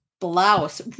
blouse